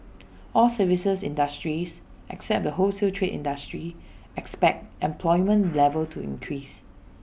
all services industries except the wholesale trade industry expect employment level to increase